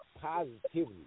positivity